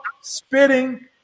spitting